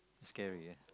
scary eh